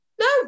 No